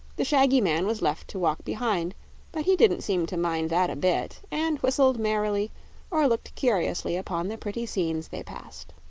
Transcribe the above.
the shaggy man was left to walk behind but he didn't seem to mind that a bit, and whistled merrily or looked curiously upon the pretty scenes they passed.